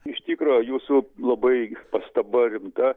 iš tikro jūsų labai pastaba rimta